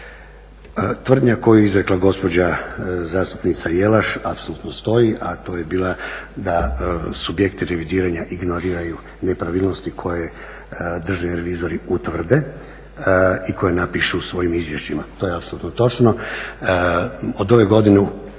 Tvrdnja koju je izrekla gospođa zastupnica Jelaš apsolutno stoji, a to je bila da subjekti revidiraju ignoriraju nepravilnosti koje državni revizori utvrde i koje napišu u svojim izvješćima, to je apsolutno točno. Od ove godine